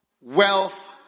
Wealth